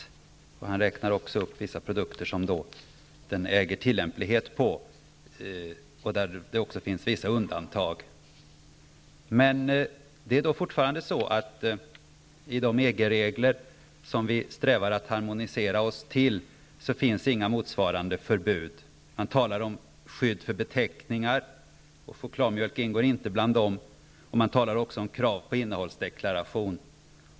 Jordbruksministern räknar upp vissa produkter som den äger tillämplighet på. Det finns vissa undantag. Det är fortfarande så att i de EG-regler som vi strävar att harmonisera oss till finns inga motsvarande förbud. Man talar om skydd för beteckningar. Chokladmjölk ingår inte bland dem. Man talar också om krav på innehållsdeklaration.